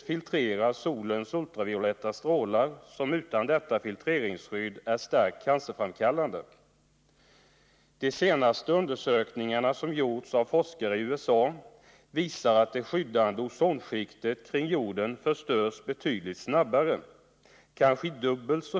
Vilka konkreta åtgärder har jordbruksministern vidtagit eller planerat att vidtaga, utöver sprejflaskeförbudet, vad det gäller att komma till rätta med freonutsläppen i naturen? 5.